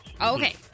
Okay